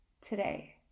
today